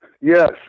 Yes